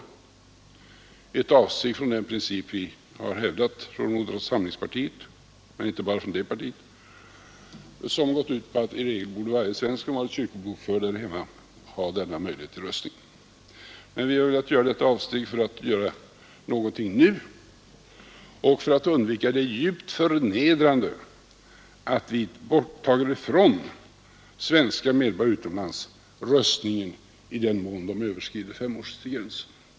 Det yrkandet innebär ett avsteg från den princip som vi haft i moderata samlingspartiet och även i andra partier, nämligen att varje svensk som varit kyrkobokförd här hemma borde ha rösträtt. Vi har gjort detta avsteg därför att vi velat åstadkomma någonting nu och undvika det djupt förnedrande i att vi tar ifrån svenska medborgare utomlands rösträtten i den mån de överskrider femårsgränsen.